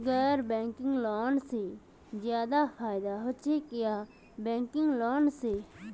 गैर banking loan से ज्यादा फायदा होचे या बैंकिंग लोन से?